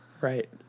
Right